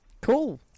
Cool